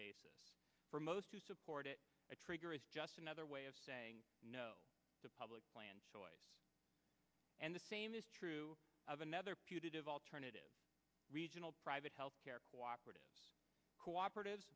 basis for most to support it a trigger it's just another way of saying no the public plan choice and the same is true of another putative alternative regional private health care cooperatives cooperative